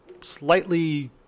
slightly